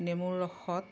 নেমুৰ ৰসত